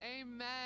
Amen